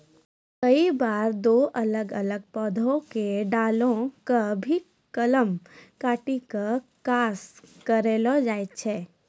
कई बार दो अलग अलग पौधा के डाली कॅ भी कलम काटी क क्रास करैलो जाय छै